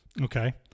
Okay